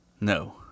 No